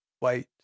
wait